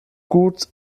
gut